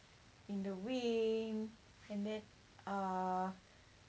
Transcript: in the wind and then err